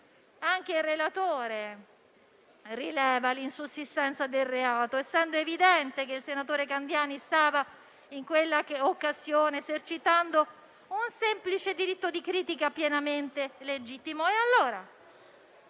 Anche il relatore rileva l'insussistenza del reato, essendo evidente che il senatore Candiani in quell'occasione stava esercitando un semplice diritto di critica pienamente legittimo.